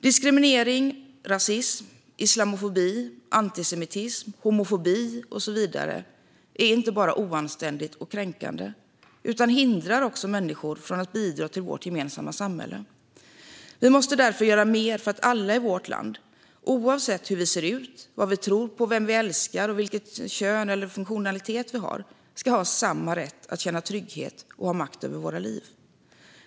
Diskriminering, rasism, islamofobi, antisemitism, homofobi och så vidare är inte bara oanständigt och kränkande utan hindrar också människor från att bidra till vårt gemensamma samhälle. Vi måste därför göra mer för att alla i vårt land, oavsett hur vi ser ut, vad vi tror på, vem vi älskar och vilket kön eller vilken funktionalitet vi har, ska ha samma rätt att känna trygghet och ha makt över våra liv.